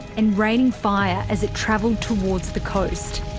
and raining fire as it travelled towards the coast.